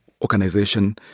Organization